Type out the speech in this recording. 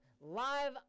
live